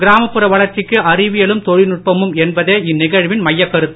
கிராமப்புற வளர்ச்சிக்கு அறிவியலும் தொழில்நுட்பமும் என்பதே இந்நிகழ்வின் மையக் கருத்து